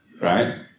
right